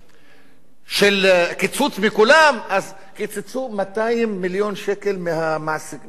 קיצוץ לכולם קיצצו 200 מיליון שקל משיפוי מעסיקים,